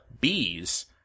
bees